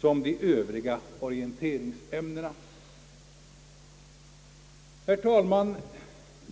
som de övriga orienteringsämnena. Herr talman!